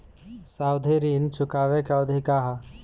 सावधि ऋण चुकावे के अवधि का ह?